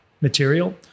material